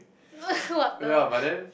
what the